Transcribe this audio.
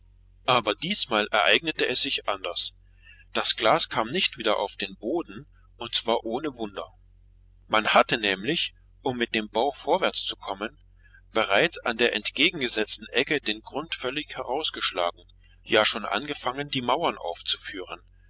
aber diesmal ereignete es sich anders das glas kam nicht wieder auf den boden und zwar ohne wunder man hatte nämlich um mit dem bau vorwärtszukommen bereits an der entgegengesetzten ecke den grund völlig herausgeschlagen ja schon angefangen die mauern aufzuführen